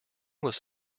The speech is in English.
was